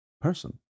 person